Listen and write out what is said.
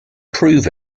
prove